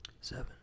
seven